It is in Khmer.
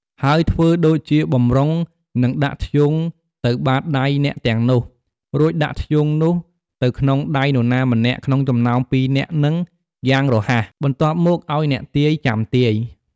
ហើយធ្វើដូចជាបម្រុងនឹងដាក់ធ្យូងទៅបាតដៃអ្នកទាំងនោះ រួចដាក់ធ្យូងនោះទៅក្នុងដៃនរណាម្នាក់ ក្នុងចំណោមពីរនាក់ហ្នឹងយ៉ាងរហ័ស បន្ទាប់មកឲ្យអ្នកទាយ ចាំទាយ។